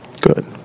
Good